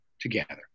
together